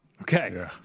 Okay